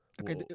Okay